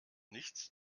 nichts